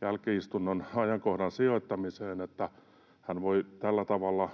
jälki-istunnon ajankohdan sijoittamiseen, ja hän voi tällä tavalla